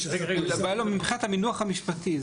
לא, מבחינת המינוח המשפטי.